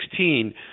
2016